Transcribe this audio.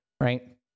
right